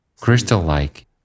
crystal-like